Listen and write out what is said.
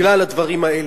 בגלל הדברים האלה.